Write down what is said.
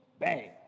Bang